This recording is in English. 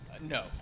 No